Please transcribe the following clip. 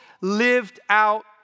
lived-out